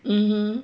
mmhmm